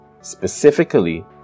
specifically